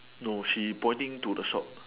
no she pointing to the shop